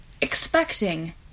expecting